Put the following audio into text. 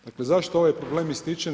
Dakle, zašto ovaj problem ističem?